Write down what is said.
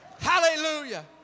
Hallelujah